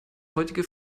heutige